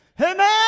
Amen